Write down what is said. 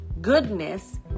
goodness